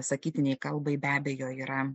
sakytinei kalbai be abejo yra